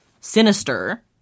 sinister